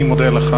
אני מודה לך.